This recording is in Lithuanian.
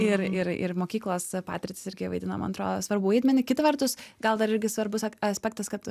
ir ir ir mokyklos patirtys irgi vadina man atrodo svarbų vaidmenį kita vertus gal dar irgi svarbus aspektas kad